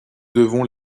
devons